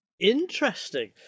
Interesting